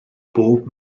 bob